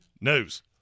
news